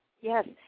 Yes